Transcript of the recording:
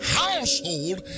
household